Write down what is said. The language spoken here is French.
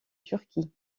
turquie